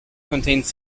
contains